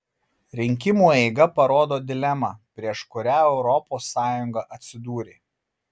rinkimų eiga parodo dilemą prieš kurią europos sąjunga atsidūrė